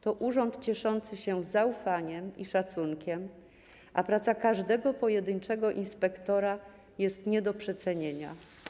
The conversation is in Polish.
To urząd cieszący się zaufaniem i szacunkiem, a praca każdego pojedynczego inspektora jest nie do przecenienia.